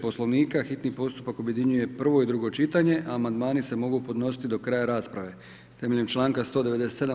Poslovnika hitni postupak objedinjuje prvo i drugo čitanje, amandmani se mogu podnositi do kraja rasprave temeljem članka 197.